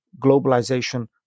globalization